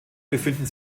befinden